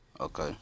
Okay